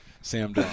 Sam